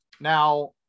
Now